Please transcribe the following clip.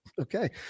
okay